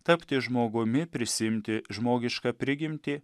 tapti žmogumi prisiimti žmogišką prigimtį